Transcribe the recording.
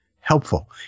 helpful